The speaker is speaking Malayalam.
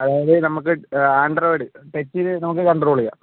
അതായത് നമ്മൾക്ക് ആൻഡ്രോയ്ഡ് ടച്ച് ചെയ്ത് നമുക്ക് കൺട്രോൾ ചെയ്യാം